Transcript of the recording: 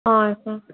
ah yes ma'am